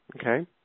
Okay